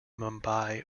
mumbai